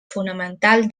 fonamental